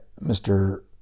Mr